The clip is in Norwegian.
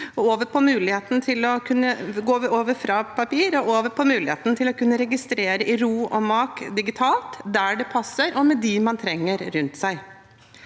og over til muligheten for å kunne registrere digitalt – i ro og mak, der det passer, og med dem man trenger rundt seg.